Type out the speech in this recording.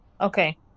Okay